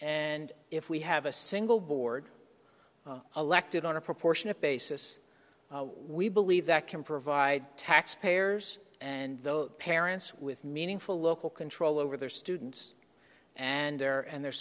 and if we have a single board elected on a proportionate basis we believe that can provide taxpayers and the parents with meaningful local control over their students and their and their